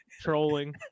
trolling